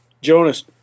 Jonas